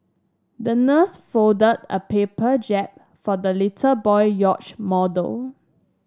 the nurse folded a paper jib for the little boy yacht model